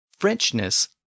Frenchness